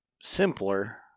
simpler